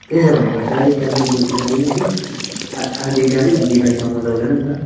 त्यै त भनेको डाइरेक्ट गाडीमा गएपछि गाडीमै जाऔँ आ आधी गाडी आधी बाइकमा मजा आउँदैन नि त